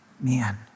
man